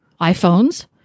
iPhones